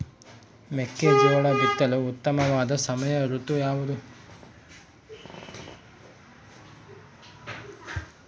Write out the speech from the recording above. ಮೆಕ್ಕೆಜೋಳ ಬಿತ್ತಲು ಉತ್ತಮವಾದ ಸಮಯ ಋತು ಯಾವುದು?